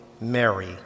Mary